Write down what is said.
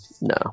no